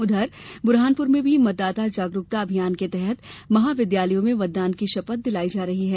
उधर ब्रहानपुर में भी मतदाता जागरुकता अभियान के तहत महाविद्यालयों में मतदान की शपथ दिलाई जा रही है